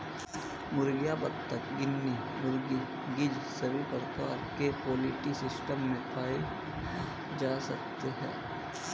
मुर्गियां, बत्तख, गिनी मुर्गी, गीज़ सभी प्रकार के पोल्ट्री सिस्टम में पाए जा सकते है